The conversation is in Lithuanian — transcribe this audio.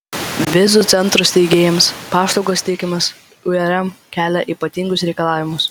vizų centrų steigėjams paslaugos teikėjams urm kelia ypatingus reikalavimus